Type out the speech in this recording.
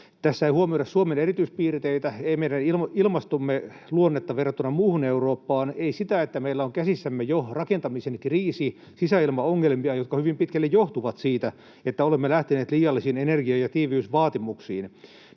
Tässä ei huomioida Suomen erityispiirteitä, ei meidän ilmastomme luonnetta verrattuna muuhun Eurooppaan, ei sitä, että meillä on käsissämme jo rakentamisen kriisi, sisäilmaongelmia, jotka hyvin pitkälle johtuvat siitä, että olemme lähteneet liiallisiin energia- ja tiiviysvaatimuksiin.